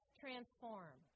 transform